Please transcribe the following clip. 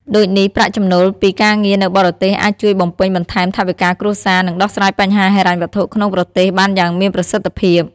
ដូចនេះ ប្រាក់ចំណូលពីការងារនៅបរទេសអាចជួយបំពេញបន្ថែមថវិកាគ្រួសារ និងដោះស្រាយបញ្ហាហិរញ្ញវត្ថុក្នុងប្រទេសបានយ៉ាងមានប្រសិទ្ធភាព។